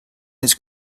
his